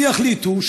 יחליטו,